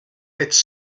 its